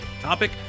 topic